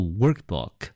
workbook